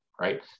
right